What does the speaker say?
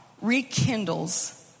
rekindles